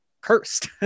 cursed